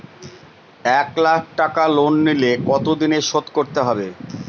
এক লাখ টাকা লোন নিলে কতদিনে শোধ করতে হবে?